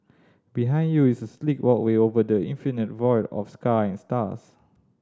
behind you is a sleek walkway over the infinite void of sky and stars